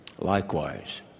Likewise